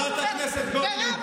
חברת הכנסת גוטליב,